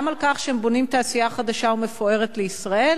גם על כך שהם בונים תעשייה חדשה ומפוארת לישראל,